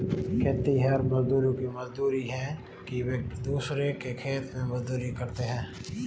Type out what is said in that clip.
खेतिहर मजदूरों की मजबूरी है कि वे दूसरों के खेत में मजदूरी करते हैं